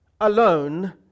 alone